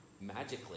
magically